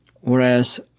Whereas